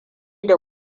da